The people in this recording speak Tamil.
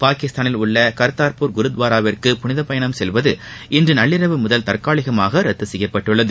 பாகிஸ்தானில் உள்ள கர்த்தார்பூர் குருத்வாராவிற்கு புனித பயணம் செல்வது இன்று நள்ளிரவு முதல் தற்காலிகமாக ரத்து செய்யப்பட்டுள்ளது